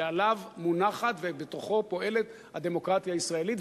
שעליו מונחת ובתוכו פועלת הדמוקרטיה הישראלית,